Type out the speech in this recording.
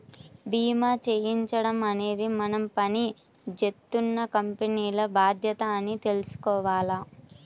భీమా చేయించడం అనేది మనం పని జేత్తున్న కంపెనీల బాధ్యత అని తెలుసుకోవాల